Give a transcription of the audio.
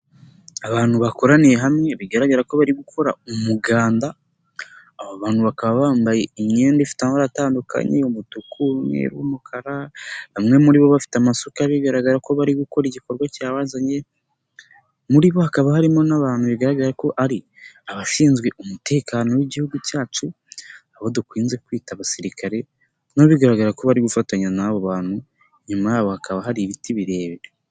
Abantu bakoraniye hamwe, bigaragara ko bari gukora umuganda, aba bantu bakaba bambaye imyenda ifite amara atandukanye: Umutuku, umweru umukara bamwe muri bo bafite amasuka bigaragara ko bari gukora igikorwa cyabazanye muri bo hakaba harimo n'abantu bigaragara ko ari abashinzwe umutekano w'igihugu cyacu abo dukunze kwita abasirikare n' bigaragara ko bari gufatanya n'abo bantu inyuma yabo hakaba hari ibiti birebire.